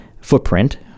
footprint